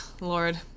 Lord